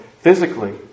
physically